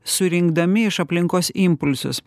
surinkdami iš aplinkos impulsus